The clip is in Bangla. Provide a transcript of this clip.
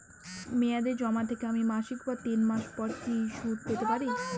মেয়াদী জমা থেকে আমি মাসিক বা তিন মাস পর কি সুদ পেতে পারি?